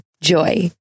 Joy